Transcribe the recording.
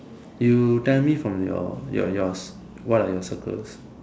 you tell me from yours what are your circles